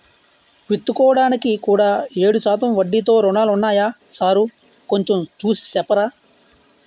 విత్తుకోడానికి కూడా ఏడు శాతం వడ్డీతో రుణాలున్నాయా సారూ కొంచె చూసి సెప్పరా